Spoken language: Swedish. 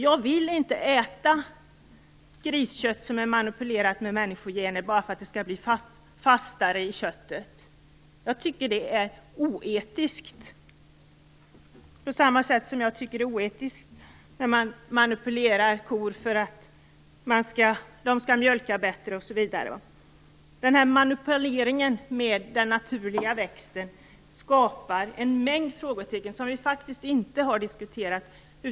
Jag vill inte äta griskött som är manipulerat med människogener bara för att det skall bli fastare. Jag tycker det är oetiskt, på samma sätt som jag tycker det är oetiskt när man manipulerar kor för att de skall mjölka bättre osv. Manipuleringen med den naturliga växten skapar en mängd frågetecken som vi faktiskt inte har diskuterat.